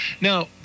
Now